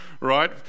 right